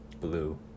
Blue